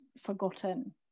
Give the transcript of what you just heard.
forgotten